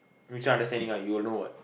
which are understanding you'll know what